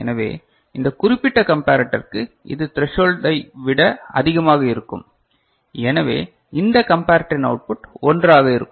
எனவே இந்த குறிப்பிட்ட கம்பேரட்டருக்கு இது த்ரசோல்டை விட அதிகமாக இருக்கும் எனவே இந்த கம்பேரட்டர் இன் அவுட்புட் 1 ஆக இருக்கும்